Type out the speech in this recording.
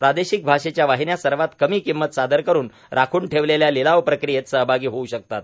प्रादेशिक भाषेच्या वाहिन्या सर्वात कमी किंमत सादर करून राखून ठेवलेल्या लिलाव प्रक्रियेत सहभागी होऊ शकतात